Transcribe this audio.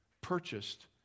purchased